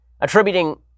Attributing